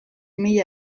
mila